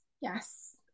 Yes